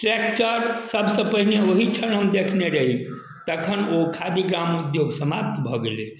tractor सबसँ पहिने ओहीठाम हम देखने रही तखन ओ खादी ग्राम उद्योग समाप्त भऽ गेलै